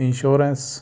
insurance